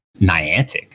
Niantic